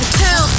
two